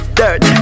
dirt